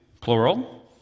plural